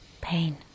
pain